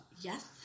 Yes